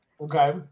Okay